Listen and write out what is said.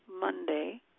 Monday